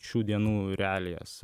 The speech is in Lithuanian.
šių dienų realijas